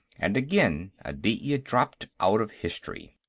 and again aditya dropped out of history.